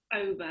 over